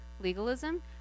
legalism